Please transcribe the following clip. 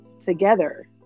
together